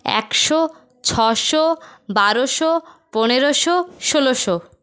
একশো ছশো বারোশো পনেরোশো ষোলোশো